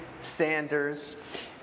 Sanders